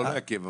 לא לעכב,